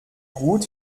gut